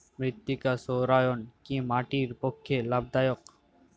মৃত্তিকা সৌরায়ন কি মাটির পক্ষে লাভদায়ক?